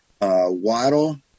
waddle